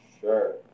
Sure